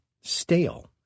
stale